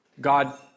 God